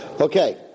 Okay